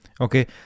Okay